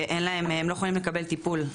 ולא יכולים לקבל טיפול,